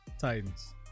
Titans